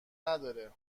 نداره